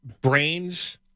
brains